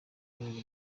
rwego